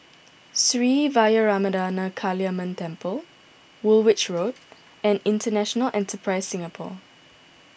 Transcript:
Sri Vairavimada Kaliamman Temple Woolwich Road and International Enterprise Singapore